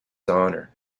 honor